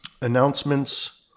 Announcements